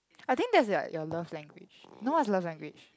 I think that is your your love language know what's love language